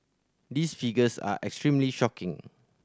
these figures are extremely shocking